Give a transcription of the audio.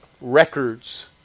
records